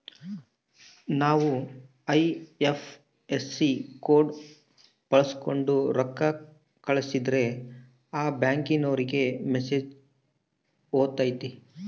ನಾವು IFSC code ಬಳಕ್ಸೋಂಡು ರೊಕ್ಕ ಕಳಸಿದ್ರೆ ಆ ಬ್ಯಾಂಕಿನೋರಿಗೆ ಮೆಸೇಜ್ ಹೊತತೆ